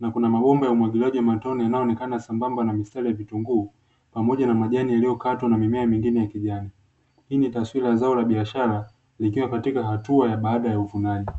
Na kuna mabomba ya umwagiliaji wa matone yanayoonekana sambamba na mistari ya vitunguu, pamoja na majani yaliyokatwa na mimea mingine ya kijani. Hii ni taswira ya zao la biashara likiwa katika hatua ya baada ya uvunaji.